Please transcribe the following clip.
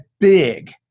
Big